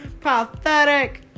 pathetic